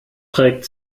trägt